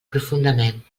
profundament